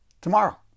tomorrow